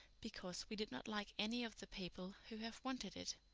because we did not like any of the people who have wanted it.